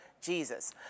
Jesus